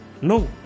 no